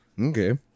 okay